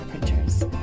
printers